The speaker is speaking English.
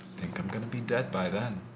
think i'm gonna be dead by then.